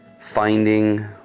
finding